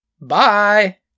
Bye